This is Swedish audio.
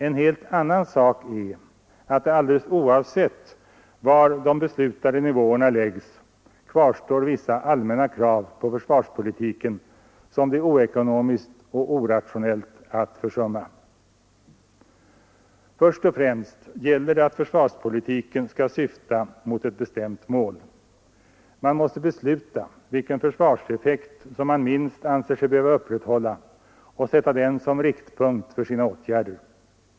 En helt annan sak är att det, alldeles oavsett var de beslutade nivåerna läggs, kvarstår vissa allmänna krav på försvarspolitiken som det är ockonomiskt och orationellt att försumma. Först och främst gäller det att försvarspolitiken skall syfta mot ett bestämt mål. Man måste besluta vilken försvarseffekt som man minst anser sig behöva upprätthålla och sätta den som riktpunkt för sina åtgärder.